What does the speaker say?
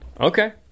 Okay